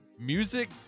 Music